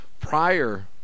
prior